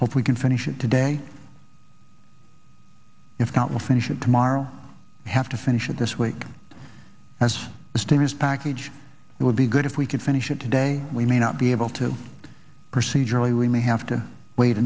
hope we can finish it today if not we'll finish it tomorrow have to finish it this week as the stimulus package would be good if we could finish it today we may not be able to procedurally we may have to wait